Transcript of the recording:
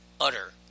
utter